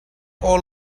all